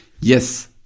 Yes